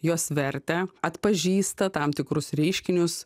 jos vertę atpažįsta tam tikrus reiškinius